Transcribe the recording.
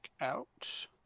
out